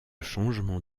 changement